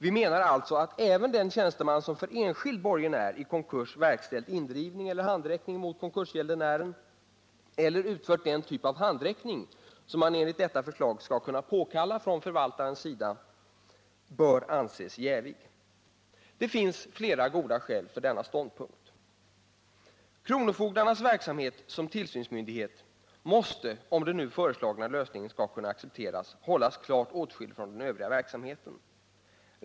Vi menar alltså att även den tjänsteman som för enskild borgenär i konkurs verkställt indrivning eller handräckning mot konkursgäldenären eller utfört den typ av handräckning som man enligt detta förslag skall kunna påkalla från förvaltarens sida bör anses jävig. Det finns flera goda skäl för denna ståndpunkt. Kronofogdarnas verksamhet som tillsynsmyndighet måste, om den nu föreslagna lösningen skall kunna accepteras, hållas klart åtskild från den övriga verksamheten.